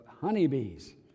honeybees